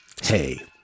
Hey